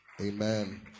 Amen